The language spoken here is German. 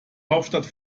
hauptstadt